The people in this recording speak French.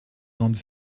rendu